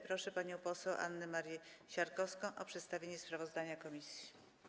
Proszę panią poseł Annę Marię Siarkowską o przedstawienie sprawozdania komisji.